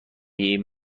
این